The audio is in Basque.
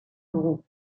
dugu